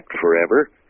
forever